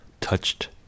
touched